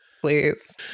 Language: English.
Please